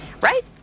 Right